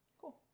Cool